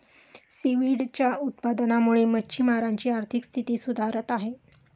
सीव्हीडच्या उत्पादनामुळे मच्छिमारांची आर्थिक स्थिती सुधारत आहे